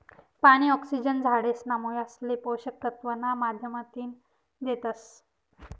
पानी, ऑक्सिजन झाडेसना मुयासले पोषक तत्व ना माध्यमतीन देतस